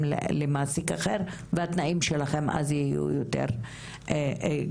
למעסיק אחר והתנאים שלכן אז יהיו הרבה יותר גרועים".